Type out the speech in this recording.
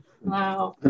Wow